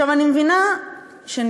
עכשיו, אני מבינה שנבהלתם,